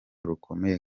rukomeye